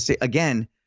again